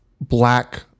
black